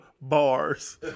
bars